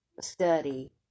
study